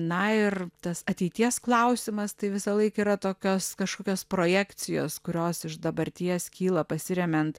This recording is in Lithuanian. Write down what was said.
na ir tas ateities klausimas tai visąlaik yra tokios kažkokios projekcijos kurios iš dabarties kyla pasiremiant